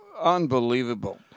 unbelievable